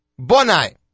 Bonai